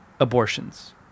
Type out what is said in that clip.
abortions